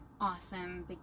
awesome